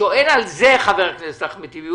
שואל על זה חבר הכנסת אחמד טיבי,